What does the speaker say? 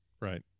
Right